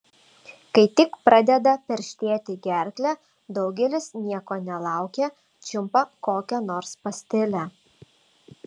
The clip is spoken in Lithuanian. kai tik pradeda perštėti gerklę daugelis nieko nelaukę čiumpa kokią nors pastilę